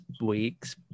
week's